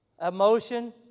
Emotion